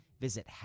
Visit